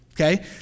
okay